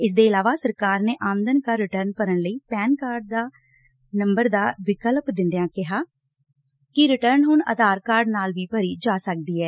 ਇਸਦੇ ਇਲਾਵਾ ਸਰਕਾਰ ਨੇ ਆਮਦਨ ਕਰ ਰਿਟਰਨ ਭਰਨ ਲਈ ਪੈਨ ਨੰਬਰ ਦਾ ਵਿਕਲਪ ਦਿੰਦਿਆਂ ਕਿਹਾ ਕਿ ਰਿਟਰਨ ਹੁਣ ਆਧਾਰ ਕਾਰਡ ਨਾਲ ਵੀ ਭਰੀ ਜਾ ਸਕਦੀ ਐ